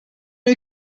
new